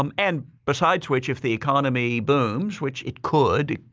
um and besides which if the economy booms, which it could.